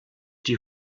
die